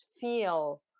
feel